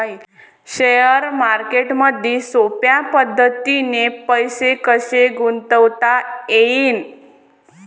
Share मार्केटमधी सोप्या पद्धतीने पैसे कसे गुंतवता येईन?